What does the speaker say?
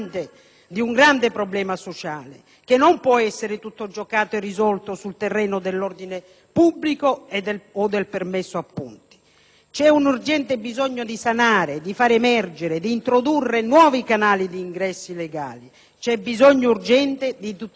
che non può essere tutto giocato e risolto sul terreno dell'ordine pubblico o del permesso a punti. C'è un urgente bisogno di sanare, di far emergere, di introdurre nuovi canali di ingressi legali; c'è bisogno urgente di tutelare la dignità delle persone.